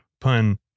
pun